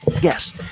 yes